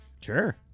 Sure